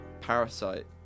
Parasite